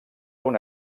una